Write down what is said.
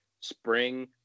spring